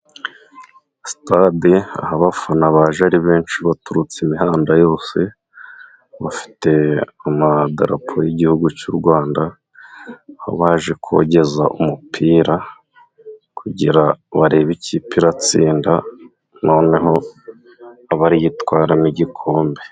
Sitade aho abafana baje ari benshi baturutse imihanda yose, bafite amadarapo yigihugu cy'u Rwanda , aho baje kogeza umupira kugira barebe ikipe iratsinda, noneho abariyo itwara n'igikombe.